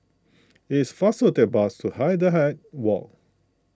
it is faster take bus to Hindhede Walk